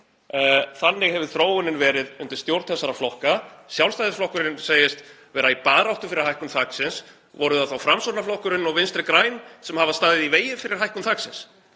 Þannig hefur þróunin verið undir stjórn þessara flokka. Sjálfstæðisflokkurinn segist vera í baráttu fyrir hækkun þaksins. Eru það þá Framsóknarflokkurinn og Vinstri græn sem hafa staðið í vegi fyrir hækkun þaksins?